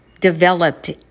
developed